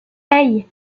hey